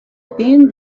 thin